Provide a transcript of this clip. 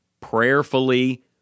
prayerfully